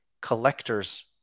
collector's